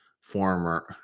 former